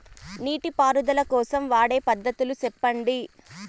నీటి పారుదల కోసం వాడే పద్ధతులు సెప్పండి?